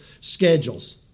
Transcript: schedules